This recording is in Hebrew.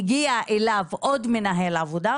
הגיע אליו עוד מנהל עבודה,